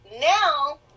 now